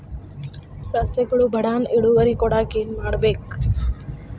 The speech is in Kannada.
ಸಸ್ಯಗಳು ಬಡಾನ್ ಇಳುವರಿ ಕೊಡಾಕ್ ಏನು ಮಾಡ್ಬೇಕ್?